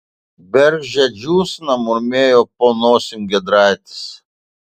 bergždžia džiūsna murmėjo po nosim giedraitis